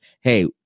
hey